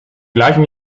gleichen